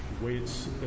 weights